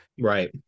Right